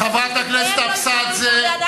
חברת הכנסת אבסדזה.